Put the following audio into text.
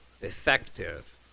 effective